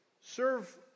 serve